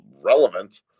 relevant